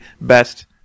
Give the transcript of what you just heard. Best